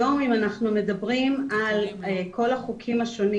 היום אם אנחנו מדברים על כל החוקים השונים